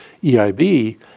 EIB